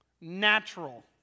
Natural